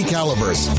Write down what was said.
Calibers